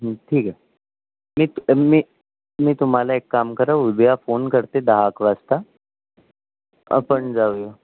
ठीक आहे मी त् मी मी तुम्हाला एक काम करा उद्या फोन करते दहा वाजता आपण जाऊया